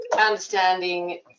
understanding